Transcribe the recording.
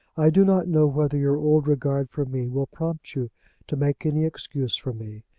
i do not know whether your old regard for me will prompt you to make any excuse for me,